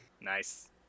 Nice